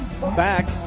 back